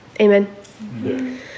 Amen